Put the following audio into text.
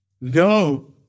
no